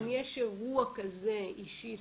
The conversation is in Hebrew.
אם יש אירוע כזה אישי,